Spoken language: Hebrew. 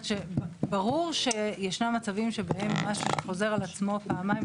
ברור שישנם מצבים שבהם משהו שחוזר על עצמו פעמיים,